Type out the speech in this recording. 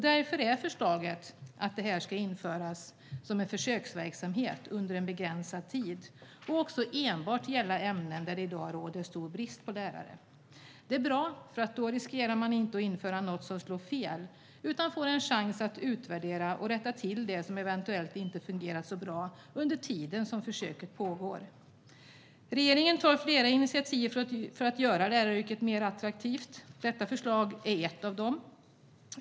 Därför är förslaget att det ska införas som en försöksverksamhet under en begränsad tid och också enbart gälla ämnen där det i dag råder stor brist på lärare. Det är bra eftersom man då inte riskerar att införa något som slår fel, utan man får en chans att utvärdera och rätta till det som eventuellt inte fungerat så bra under tiden som försöket pågått. Regeringen tar flera initiativ för att göra läraryrket mer attraktivt. Detta förslag är ett av dem.